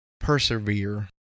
persevere